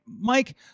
Mike